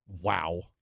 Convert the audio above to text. Wow